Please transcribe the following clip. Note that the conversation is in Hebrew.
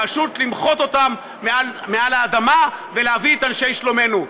פשוט למחוק אותם מעל האדמה ולהביא את אנשי שלומנו,